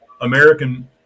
american